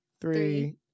Three